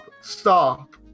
Stop